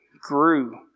grew